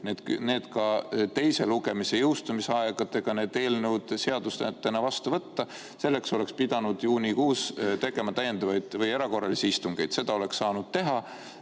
ka teise lugemise jõustumisaegadega need eelnõud seadustena vastu võtta. Selleks oleks pidanud juunikuus tegema täiendavaid istungeid või erakorralisi istungjärke. Seda oleks saanud teha,